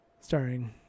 starring